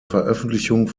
veröffentlichung